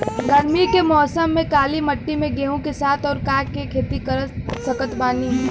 गरमी के मौसम में काली माटी में गेहूँ के साथ और का के खेती कर सकत बानी?